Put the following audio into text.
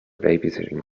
babysitting